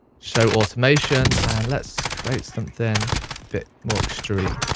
show automation, and let's create something a bit more extreme.